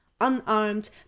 Unarmed